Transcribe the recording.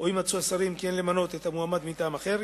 או אם מצאו השרים כי אין למנות את המועמד מטעם אחר,